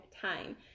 time